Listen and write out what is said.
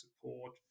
support